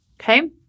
Okay